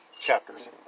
chapters